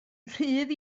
rhydd